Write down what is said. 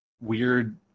weird